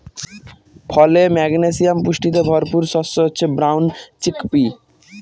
ফলে, ম্যাগনেসিয়াম পুষ্টিতে ভরপুর শস্য হচ্ছে ব্রাউন চিকপি